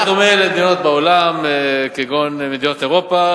זה דומה למדינות בעולם כגון מדינות אירופה,